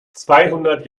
zweihundert